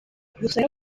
crucero